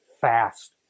fast